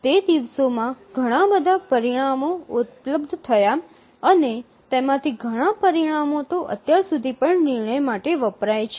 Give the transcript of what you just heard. તે દિવસોમાં ઘણાં બધાં પરિણામો ઉપલબ્ધ થયાં અને તેમાંથી ઘણા પરિણામો તો અત્યાર સુધી પણ નિર્ણય માટે વપરાય છે